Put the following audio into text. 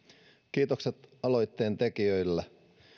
kiitokset aloitteen tekijöille